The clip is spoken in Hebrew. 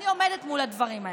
אני עומדת מול הדברים האלה.